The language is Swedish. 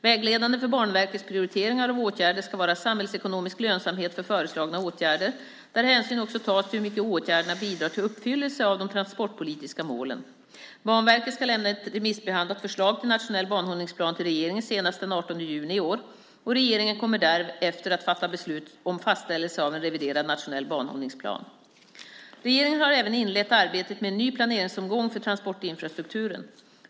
Vägledande för Banverkets prioriteringar av åtgärder ska vara samhällsekonomisk lönsamhet för föreslagna åtgärder, där hänsyn också tas till hur mycket åtgärderna bidrar till uppfyllelse av de transportpolitiska målen. Banverket ska lämna ett remissbehandlat förslag till nationell banhållningsplan till regeringen senast den 18 juni i år. Regeringen kommer därefter att fatta beslut om fastställelse av en reviderad nationell banhållningsplan. Regeringen har även inlett arbetet med en ny planeringsomgång för transportinfrastrukturen.